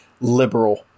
liberal